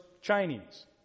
Chinese